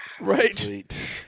Right